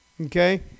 Okay